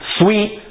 sweet